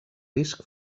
risc